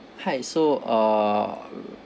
hi so uh